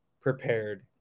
prepared